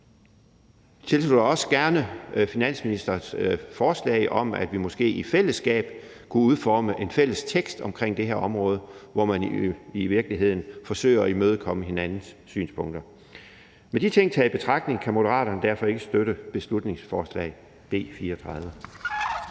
Vi tilslutter os gerne finansministerens forslag om, at vi måske i fællesskab kunne udforme en fælles tekst på det her område, hvor man i virkeligheden forsøger at imødekomme hinandens synspunkter. Derfor, med de ting taget i betragtning, kan Moderaterne ikke støtte beslutningsforslag nr.